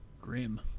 Grim